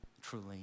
truly